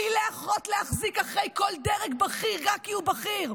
בלי להחרות-להחזיק אחרי כל דרג בכיר רק כי הוא בכיר,